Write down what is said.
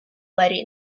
letty